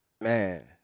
man